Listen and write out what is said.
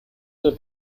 der